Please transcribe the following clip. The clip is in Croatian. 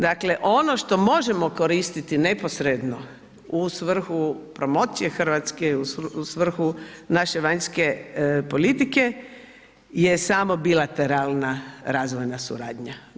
Dakle ono što možemo koristiti neposredno u svrhu promocije Hrvatske i u svrhu naše vanjske politike je samo bilateralna razvojna suradnja.